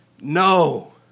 No